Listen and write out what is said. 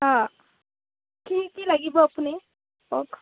অঁ কি কি লাগিব আপুনি কওক